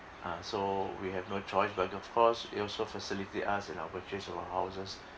uh so we have no choice but of course it also facilitate us in our purchase of the houses